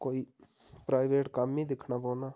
कोई प्राइवेट कम्म ही दिक्खना पौना